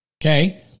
Okay